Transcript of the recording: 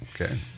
Okay